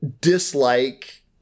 dislike